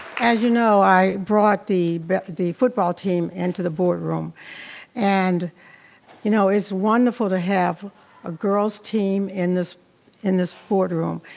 as you know i brought the the football team into the board room and you know it's wonderful to have a girls team in this in this board room.